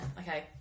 Okay